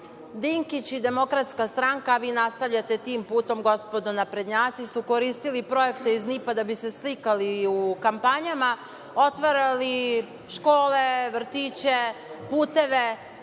Dinkić i DS, a vi nastavljate tim putem, gospodo naprednjaci, su koristili projekte iz NIP da bi se slikali u kampanjama, otvarali škole, vrtiće, puteve,